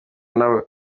nabo